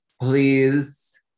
please